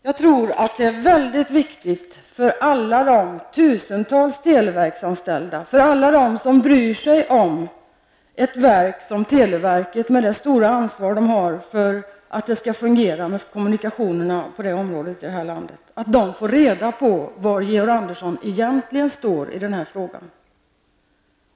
Jag tror att det är mycket viktigt för de tusentals televerketsanställda och för alla som bryr sig om ett verk som televerket, med det stora ansvar det har för att kommunikationerna på detta område i landet skall fungera, att få reda på vad Georg Andersson egentligen står i denna fråga.